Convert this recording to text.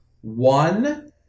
One